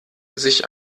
sich